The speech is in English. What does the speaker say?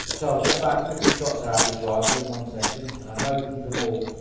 so i've had about fifty shots at this rifle in one session and i know it can go more.